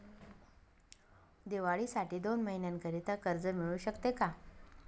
दिवाळीसाठी दोन महिन्याकरिता कर्ज मिळू शकते का?